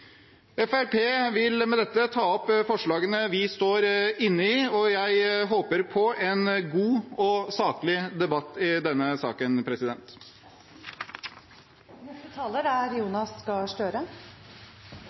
Fremskrittspartiet vil med dette ta opp de forslagene vi er med på i innstillingen. Jeg håper på en god og saklig debatt i denne saken. Representanten Jon